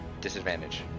Disadvantage